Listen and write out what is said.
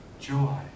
joy